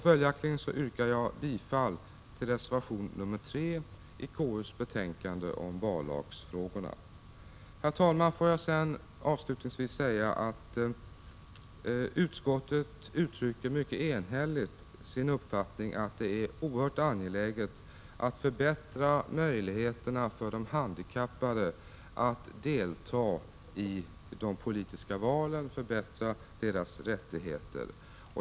Följaktligen yrkar jag bifall till reservation nr 3 till konstitutionsutskottets betänkande om vallagsfrågorna. Herr talman! Får jag avslutningsvis säga att utskottet enhälligt uttrycker sin uppfattning att det är oerhört angeläget att förbättra möjligheterna för de handikappade att delta i de politiska valen, att förbättra deras rättigheter.